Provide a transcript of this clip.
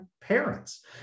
parents